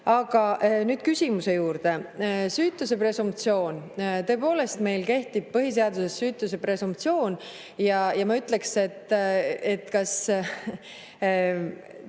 ise. Aga nüüd küsimuse juurde. Süütuse presumptsioon. Tõepoolest, meil kehtib põhiseaduses süütuse presumptsioon. Ma küsiksin, kas